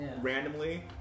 randomly